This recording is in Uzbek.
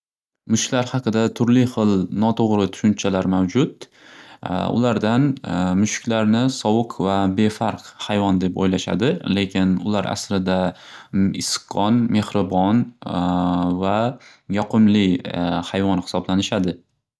Mushuklar haqida turli xil noto'g'ri tushunchalar mavjud ulardan mushuklarni sovuq va befarq hayvon deb o'ylashadi lekin ular aslida issiqqon mehribon va yoqimli hayvon hisoblanishadi.